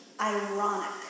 ironic